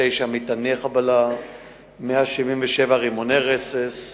99 מטעני חבלה ו-177 רימוני רסס,